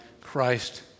Christ